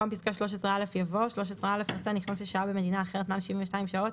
פסקה (13א) יבוא: "(13א) נוסע נכנס ששהה במדינה אחרת מעל 72 שעות,